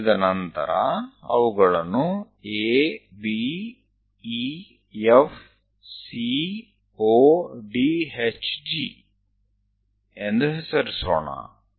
ಅದು ಮುಗಿದ ನಂತರ ಅವುಗಳನ್ನು A B E F C O D H G ಎಂದು ಹೆಸರಿಸೋಣ